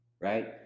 Right